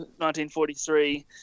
1943